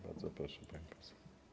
Bardzo proszę, pani poseł.